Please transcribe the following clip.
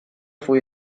fui